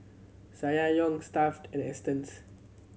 Ssangyong Stuff'd and Astons